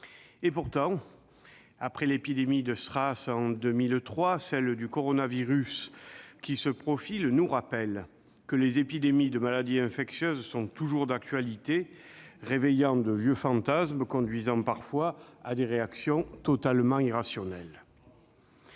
respiratoire aigu sévère) en 2003, l'épidémie du coronavirus qui se profile nous rappelle que les épidémies de maladies infectieuses sont toujours d'actualité ; elles réveillent de vieux fantasmes et conduisent parfois à des réactions totalement irrationnelles.